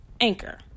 Anchor